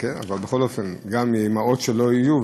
בכל אופן גם אימהות שלא יהיו,